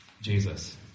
Jesus